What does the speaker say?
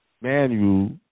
manual